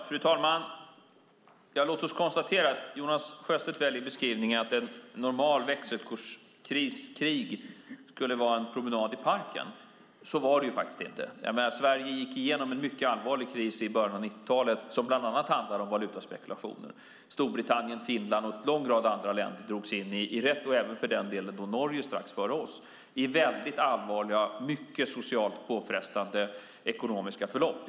Fru talman! Jonas Sjöstedt väljer beskrivningen att ett normalt växelkurskrig skulle vara en promenad i parken. Så var det faktiskt inte. Sverige gick igenom en mycket allvarlig kris i början av 90-talet. Den handlade bland annat om valutaspekulationer. Storbritannien, Finland och en lång rad andra länder, även Norge, drogs strax före oss in i väldigt allvarliga, socialt mycket påfrestande ekonomiska förlopp.